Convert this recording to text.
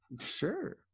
Sure